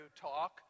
talk